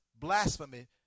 blasphemy